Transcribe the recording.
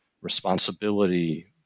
responsibility